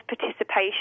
participation